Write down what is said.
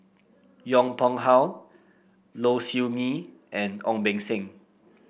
Yong Pung How Low Siew Nghee and Ong Beng Seng